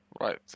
right